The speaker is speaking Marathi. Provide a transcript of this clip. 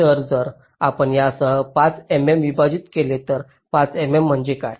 तर जर आपण यासह 5 मिमी विभाजित केले तर 5 मिमी म्हणजे काय